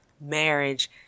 marriage